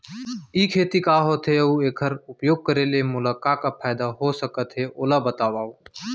ई खेती का होथे, अऊ एखर उपयोग करे ले मोला का का फायदा हो सकत हे ओला बतावव?